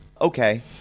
Okay